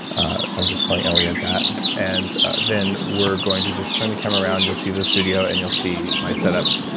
i'm just telling elliott that, and then we're going to just turn the camera around. you'll see the studio and you'll see my setup,